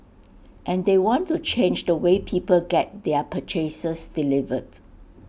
and they want to change the way people get their purchases delivered